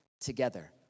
together